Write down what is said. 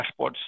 dashboards